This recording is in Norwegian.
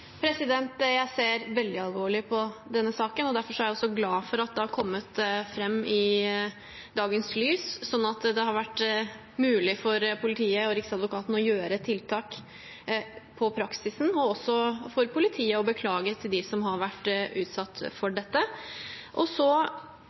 Jeg ser veldig alvorlig på denne saken, og derfor er jeg også glad for at den har kommet fram i dagen, sånn at det har vært mulig for politiet og riksadvokaten å gjøre tiltak med tanke på praksisen, og også for politiet å beklage til dem som har vært utsatt for